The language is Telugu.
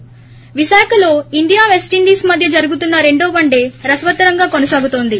ి విశాఖలో ఇండియా పెస్టీండీస్ మధ్య జరుగుతున్న రెండో వన్లే రసవత్తరంగా కొనసాగుతోంది